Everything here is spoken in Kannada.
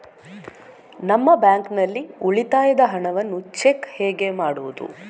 ನಮ್ಮ ಬ್ಯಾಂಕ್ ನಲ್ಲಿ ಉಳಿತಾಯದ ಹಣವನ್ನು ಚೆಕ್ ಹೇಗೆ ಮಾಡುವುದು?